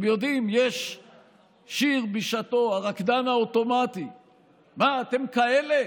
היה שיר בשעתו, "הרקדן האוטומטי"; מה, אתם כאלה?